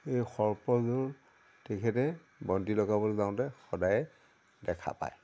এই সৰ্পযোৰ তেখেতে বন্তি লগাবলৈ যাওঁতে সদায় দেখা পাই